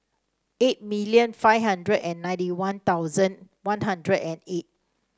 eight million five hundred and ninety One Thousand One Hundred and eight